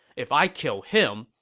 if i kill him,